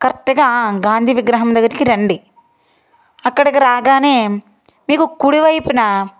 కరెక్ట్గా గాంధీ విగ్రహం దగ్గరికి రండి అక్కడికి రాగానే మీకు కుడివైపున